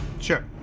Sure